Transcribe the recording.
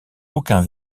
aucun